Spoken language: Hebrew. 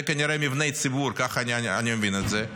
זה כנראה מבני ציבור, כך אני מבין את זה.